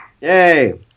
Yay